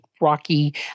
rocky